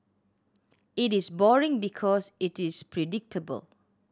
it is boring because it is predictable